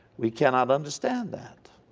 we cannot understand that.